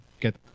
get